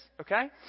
okay